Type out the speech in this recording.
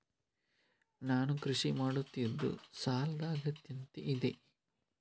ನಾನು ಕೃಷಿ ಮಾಡುತ್ತಿದ್ದು ಸಾಲದ ಅಗತ್ಯತೆ ಇದೆ?